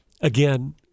Again